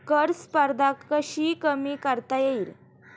कर स्पर्धा कशी कमी करता येईल?